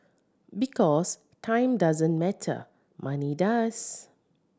because time doesn't matter money does